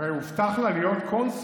הרי הובטח לה להיות קונסולית